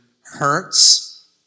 hurts